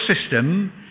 system